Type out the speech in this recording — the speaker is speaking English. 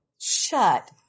Shut